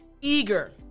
eager